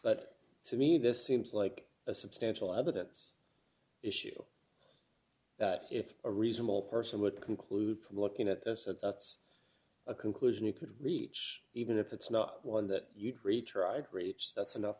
but to me this seems like a substantial evidence issue if a reasonable person would conclude from looking at this at that's a conclusion you could reach even if it's not one that you creature i agree that's enough